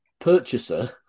purchaser